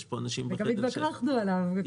וגם התווכחנו עליו,